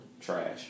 Trash